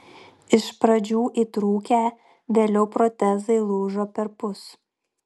iš pradžių įtrūkę vėliau protezai lūžo perpus